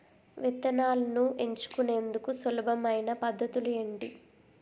విత్తనాలను ఎంచుకునేందుకు సులభమైన పద్ధతులు ఏంటి?